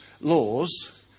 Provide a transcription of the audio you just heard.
laws